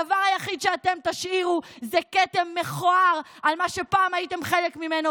הדבר היחיד שאתם תשאירו זה כתם מכוער על מה שפעם הייתם חלק ממנו,